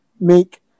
make